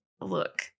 look